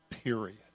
Period